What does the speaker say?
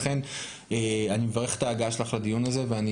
לכן אני מברך את ההגעה שלך לדיון הזה ואני